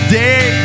day